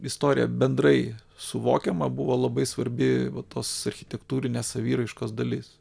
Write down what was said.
istorija bendrai suvokiama buvo labai svarbi va tos architektūrinės saviraiškos dalis